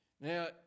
Now